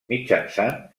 mitjançant